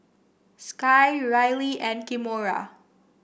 Sky Rylie and Kimora